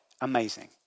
amazing